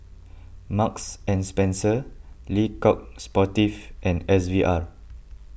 Marks and Spencer Le Coq Sportif and S V R